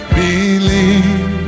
believe